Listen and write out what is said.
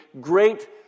great